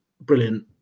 Brilliant